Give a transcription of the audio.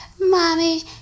Mommy